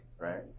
Right